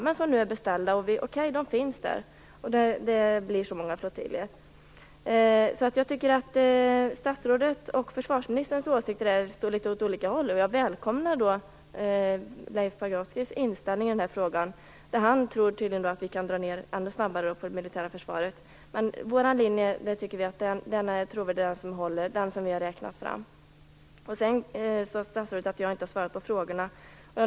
Men okej, flygplanen finns där. Statsrådets och försvarsministerns åsikter spretar litet åt olika håll. Jag välkomnar Leif Pagrotskys inställning. Han tror tydligen att man kan dra ned i ännu snabbare takt på det militära försvaret. Vår linje är dock den som är mest trovärdig. Sedan sade statsrådet att jag inte svarade på frågorna.